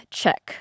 check